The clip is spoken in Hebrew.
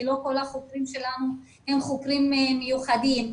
כי לא החוקרים שלנו הם חוקרים מיוחדים.